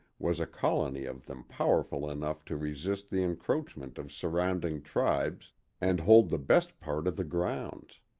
was a colony of them powerful enough to resist the encroachment of surrounding tribes and hold the best part of the grounds.